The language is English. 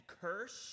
cursed